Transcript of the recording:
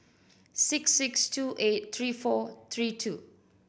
six six two eight three four three two